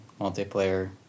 multiplayer